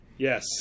Yes